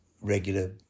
regular